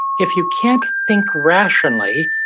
if you can't think rationally,